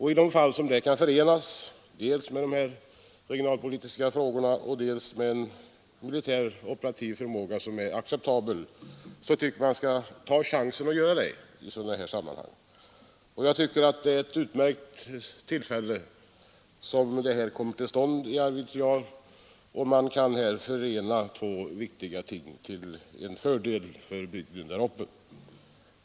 I de fall man kan förena detta med en acceptabel militär-operativ förmåga, så tycker jag man skall ta chansen att göra det. Det är ett utmärkt tillfälle som Arvidsjaur här får att förena två viktiga ting till en fördel för bygden.